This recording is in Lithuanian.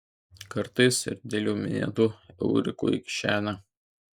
kartais ir dėl jau minėtų euriukų į kišenę